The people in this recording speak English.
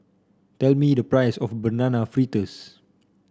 tell me the price of Banana Fritters